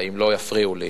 אם לא יפריעו לי,